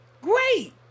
Great